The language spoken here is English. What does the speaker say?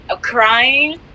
Crying